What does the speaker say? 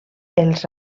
els